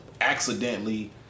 accidentally